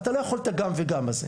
אתה לא יכול את הגם וגם הזה.